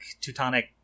Teutonic